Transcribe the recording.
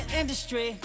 industry